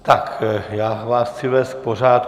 Tak, já vás chci vést k pořádku.